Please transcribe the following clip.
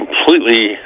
completely